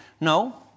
No